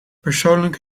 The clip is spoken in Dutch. persoonlijk